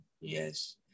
yes